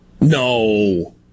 No